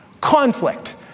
conflict